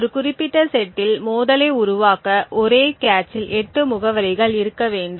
ஒரு குறிப்பிட்ட செட்டில் மோதலை உருவாக்க ஒரே கேட்சில் 8 முகவரிகள் இருக்க வேண்டும்